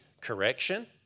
correction